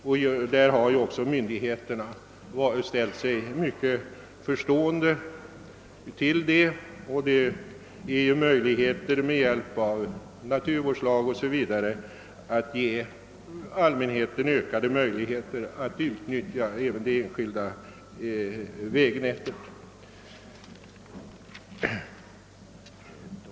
Myndigheterna har också ställt sig mycket förstående till det. Naturvårdslagen m.m. ger ju allmänheten ökade möjligheter att utnyttja även det enskilda vägnätet.